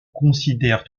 considère